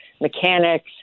mechanics